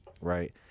right